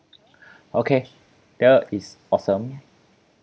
okay that is awesome